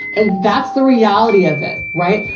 and that's the reality of it, right?